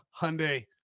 Hyundai